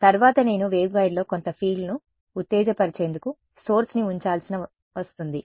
తర్వాత నేను వేవ్గైడ్లో కొంత ఫీల్డ్ను ఉత్తేజపరిచేందుకు సోర్స్ ని ఉంచాల్సిన వస్తుంది